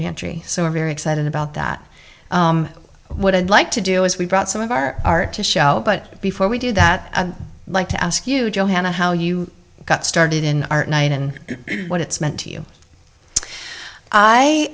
pantry so we're very excited about that what i'd like to do is we brought some of our art to shout but before we do that i'd like to ask you johannah how you got started in our night and what it's meant to you i